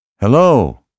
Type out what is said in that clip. Hello